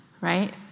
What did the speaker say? Right